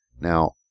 Now